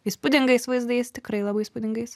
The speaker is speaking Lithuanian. įspūdingais vaizdais tikrai labai įspūdingais